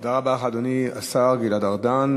תודה רבה לך, אדוני השר גלעד ארדן.